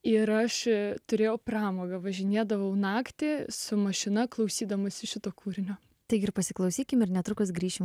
yra ši turėjo pramogą važinėdavau naktį su mašina klausydamasis šito kūrinio taigi ir pasiklausykime ir netrukus grįšime